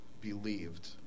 believed